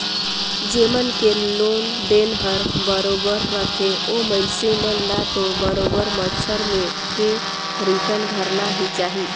जेमन के लोन देन हर बरोबर रथे ओ मइनसे मन ल तो बरोबर बच्छर में के रिटर्न भरना ही चाही